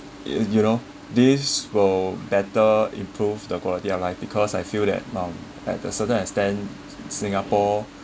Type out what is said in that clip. if you know this will better improve the quality of life because I feel that um at the certain extent singapore